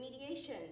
mediation